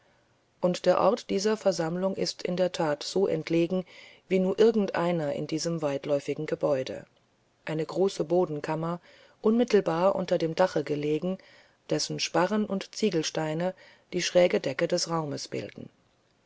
und der ort dieser versammlung ist in der tat so entlegen wie nur irgend einer in diesem weitläufigen gebäude eine große bodenkammer unmittelbar unter dem dache gelegen dessen sparren und ziegelsteine die schräge decke des raumes bilden